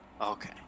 Okay